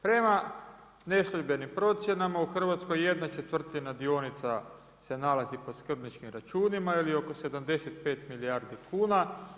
Prema neslužbenim procjenama u Hrvatskoj jedna četvrtina dionica se nalazi po skrbničkim računima ili oko 75 milijardi kuna.